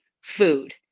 food